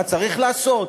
מה צריך לעשות?